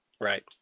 Right